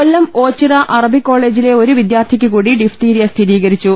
കൊല്ലം Ochira Arabic കോളേജിലെ ഒരു വിദ്യാർത്ഥിക്ക്കൂടി ഡിഫ്തീരിയ സ്ഥിരീകരിച്ചു